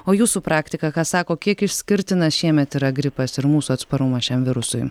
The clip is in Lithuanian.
o jūsų praktika ką sako kiek išskirtinas šiemet yra gripas ir mūsų atsparumas šiam virusui